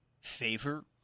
favor